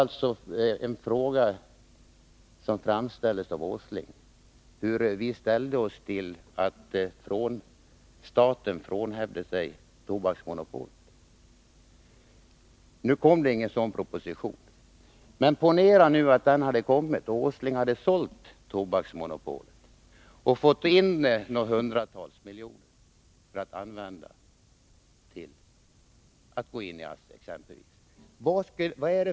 Nils Åsling frågade hur vi ställde oss till att staten frånhände sig Tobaksmonopolet. Nu kom det ingen sådan proposition, men ponera att den hade kommit, att Nils Åsling hade sålt Tobaksmonopolet och fått in något hundratal miljoner för att använda till att exempelvis gå in i ASSI.